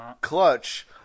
Clutch